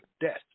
death